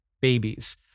babies